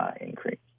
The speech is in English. increase